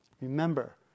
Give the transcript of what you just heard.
Remember